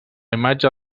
imatge